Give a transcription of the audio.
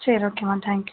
சரி ஓகேம்மா thank you